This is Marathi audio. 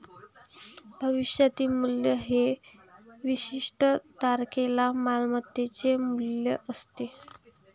भविष्यातील मूल्य हे विशिष्ट तारखेला मालमत्तेचे मूल्य असते